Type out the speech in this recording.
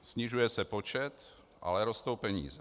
Snižuje se počet, ale rostou peníze.